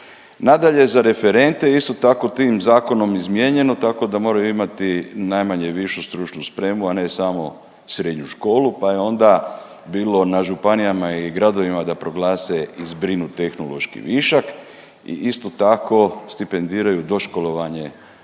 Nadalje, za referente je isto tako tim zakonom izmijenjeno tako da moraju imati najmanje višu stručnu spremu, a ne samo srednju školu pa je onda bilo na županijama i gradovima da proglase i zbrinu tehnološki višak i isto tako stipendiraju doškolovanje